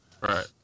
right